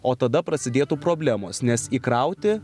o tada prasidėtų problemos nes įkrauti